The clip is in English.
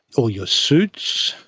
all your suits,